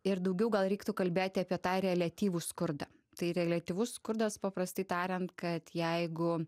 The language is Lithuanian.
ir daugiau gal reiktų kalbėti apie tą reliatyvų skurdą tai reliatyvus skurdas paprastai tariant kad jeigu